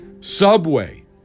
Subway